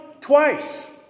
Twice